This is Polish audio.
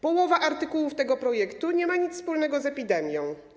Połowa artykułów tego projektu nie ma nic wspólnego z epidemią.